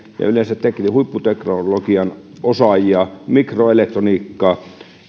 ja yleensä huipputeknologian osaajia mikroelektroniikan